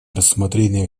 рассмотрение